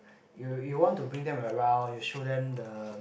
you you want to bring them around you show them the